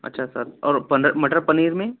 अच्छा सर और पन मटर पनीर में